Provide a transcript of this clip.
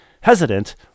hesitant